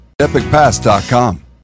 EpicPass.com